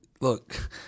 look